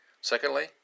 Secondly